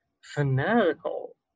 Fanatical